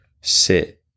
sit